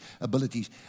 abilities